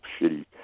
shitty